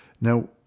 Now